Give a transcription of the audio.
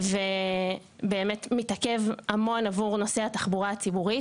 ובאמת מתעכב המון עבור נוסעי התחבורה הציבורית.